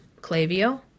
Clavio